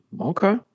Okay